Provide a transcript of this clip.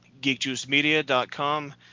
geekjuicemedia.com